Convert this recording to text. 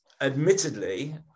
admittedly